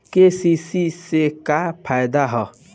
KCC से का फायदा ह?